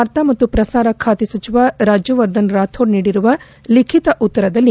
ವಾರ್ತಾ ಮತ್ತು ಪ್ರಸಾರ ಖಾತೆ ಸಚಿವ ರಾಜ್ಯವರ್ಧನ್ ರಾಥೋಡ್ ನೀಡಿರುವ ಲಿಖಿತ ಉತ್ತರದಲ್ಲಿ